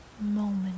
moment